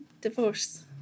divorce